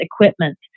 equipment